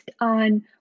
on